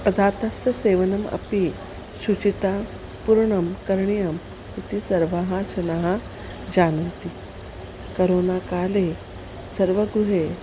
उदात्तस्य सेवनम् अपि सूचिता पूर्णं करणीयम् इति सर्वाः जनाः जानन्ति करोना काले सर्वगृहे